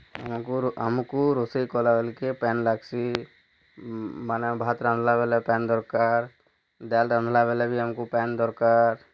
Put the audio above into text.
ଆଗୁରୁ ଆମ୍କୁ ରୋଷେଇ କଲା ବେଲ କେ ପାନ୍ ଲାଗ୍ସି ମାନେ ଭାତ ରାନ୍ଧ୍ଲା ବେଲେ ପାନ୍ ଦରକାର୍ ଡ଼ାଲ୍ ରାନ୍ଧ୍ଲା ବେଲେ ବି ଆମ୍କୁ ପାନ୍ ଦରକାର୍